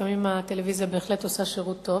ולפעמים הטלוויזיה בהחלט עושה שירות טוב,